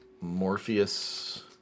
Morpheus